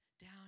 down